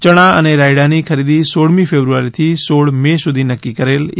ચણા અને રાયડાની ખરીદી સોળમી ફેબ્રુઆરીથી સોળ મે સુધી નક્કી કરેલ એ